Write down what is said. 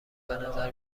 بنظر